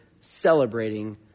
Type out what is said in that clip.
celebrating